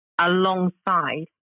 alongside